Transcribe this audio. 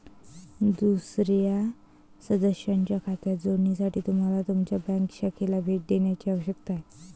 दुसर्या सदस्याच्या खात्यात जोडण्यासाठी तुम्हाला तुमच्या बँक शाखेला भेट देण्याची आवश्यकता आहे